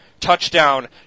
touchdown